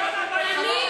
סליחה, חבר הכנסת מוזס.